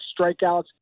strikeouts